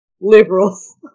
liberals